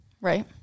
Right